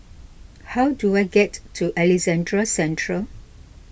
how do I get to Alexandra Central